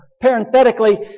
parenthetically